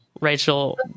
Rachel